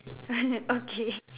okay